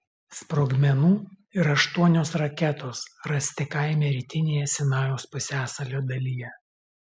sprogmenų ir aštuonios raketos rasti kaime rytinėje sinajaus pusiasalio dalyje